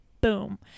boom